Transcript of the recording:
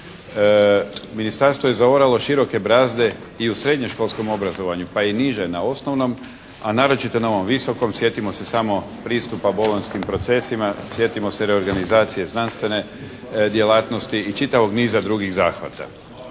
Ministarstvo ja zaoralo široke brazde i u srednješkolskom obrazovanju, pa i niže, na osnovnom, a naročito na ovom visokom. Sjetimo se samo pristupa bolonjskim procesima, sjetimo se reorganizacije znanstvene djelatnosti i čitavog niza drugih zahvata.